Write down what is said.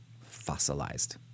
fossilized